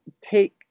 take